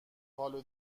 حالو